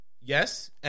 yes